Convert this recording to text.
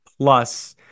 plus